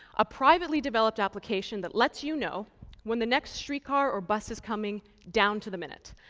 a privately developed application that lets you know when the next street car or bus is coming, down to the minute.